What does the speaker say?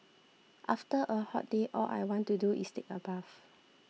after a hot day all I want to do is take a bath